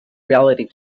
reality